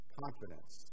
confidence